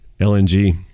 LNG